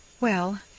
Well